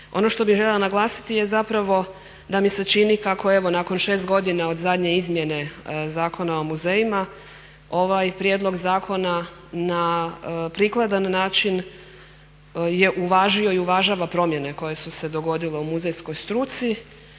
Ono što bih željela naglasiti je zapravo da mi se čini kako evo nakon šest godina od zadnje izmjene Zakona o muzejima ovaj prijedlog zakona na prikladan način je uvažio i uvažava promjene koje su se dogodile u muzejskoj struci,